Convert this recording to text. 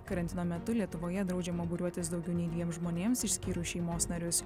karantino metu lietuvoje draudžiama būriuotis daugiau nei dviem žmonėms išskyrus šeimos narius